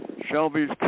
Shelby's